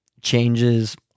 changes